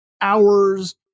hours